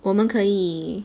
我们可以